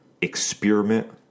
experiment